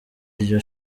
iryo